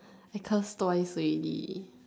I curse twice already